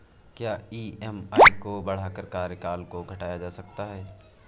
क्या ई.एम.आई को बढ़ाकर कार्यकाल को घटाया जा सकता है?